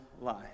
life